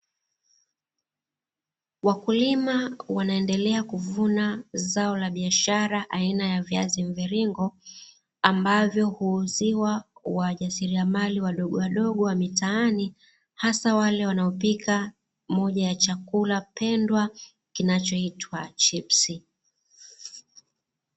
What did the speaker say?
Wakulima wanaendelea kuvuna zao la biashara aina ya viazi mviringo, ambavyo huuziwa wajasiriamali wadogowadogo wa mtaani hasa wale wanaopika moja ya chakula pendwa kinachoitwa chipsi.